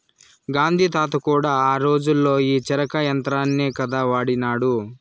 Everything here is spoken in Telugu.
గాంధీ తాత కూడా ఆ రోజుల్లో ఈ చరకా యంత్రాన్నే కదా వాడినాడు